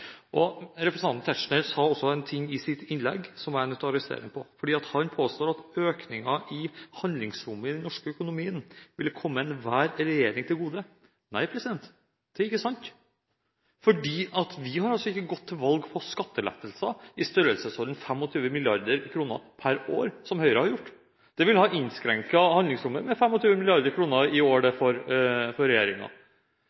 kommuneøkonomien. Representanten Tetzschner sa også en ting i sitt innlegg som jeg er nødt til å arrestere ham på, fordi han påstår at økningen i handlingsrommet i den norske økonomien vil komme enhver regjering til gode. Nei, det er ikke sant. Vi har altså ikke gått til valg på skattelettelser i størrelsesorden 25 mrd. kr per år, som Høyre har gjort. Det ville ha innskrenket handlingsrommet med 25 mrd. kr i